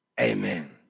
amen